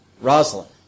Rosalind